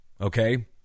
okay